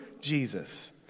Jesus